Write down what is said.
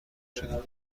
شدیم